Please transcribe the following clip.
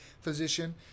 physician